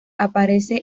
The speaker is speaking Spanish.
aparece